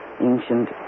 ancient